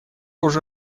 уже